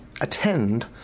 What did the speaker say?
attend